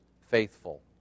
faithful